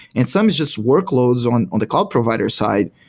and some is just workloads on on the cloud provider side,